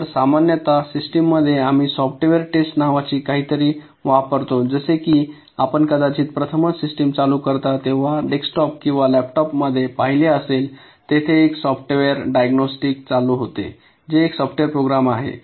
तर सामान्यत सिस्टममध्ये आम्ही सॉफ्टवेअर टेस्ट नावाची काहीतरी वापरतो जसे की आपण कदाचित प्रथमच मशीन चालू करता तेव्हा डेस्कटॉप किंवा लॅपटॉपमध्ये पाहिले असेल तेथे एक सॉफ्टवेअर डायग्नोस्टिक चालू होते जे एक सॉफ्टवेअर प्रोग्राम आहे